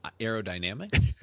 aerodynamic